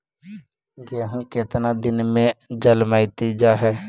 गेहूं केतना दिन में जलमतइ जा है?